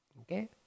Okay